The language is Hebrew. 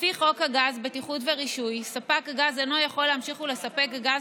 לפי חוק הגז (בטיחות ורישוי) ספק גז אינו יכול להמשיך ולספק גז